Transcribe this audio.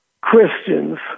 Christians